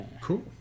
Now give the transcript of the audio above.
cool